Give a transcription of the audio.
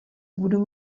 budu